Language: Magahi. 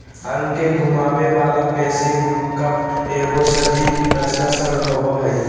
अंग के घुमावे वाला पेशी कफ एगो शरीर रचना शब्द होबो हइ